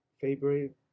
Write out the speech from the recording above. favorite